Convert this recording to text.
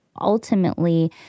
ultimately